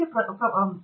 professor Abhijit P